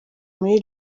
muri